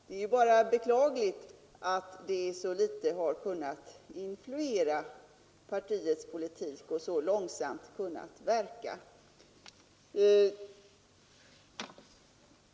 Det är ju bara beklagligt att det så litet har kunnat influera partiets politik och så långsamt kunnat verka.